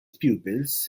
pupils